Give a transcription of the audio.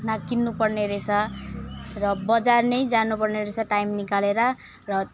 न किन्नु पर्ने रहेछ र बजार नै जानुपर्ने रहेछ टाइम निकालेर र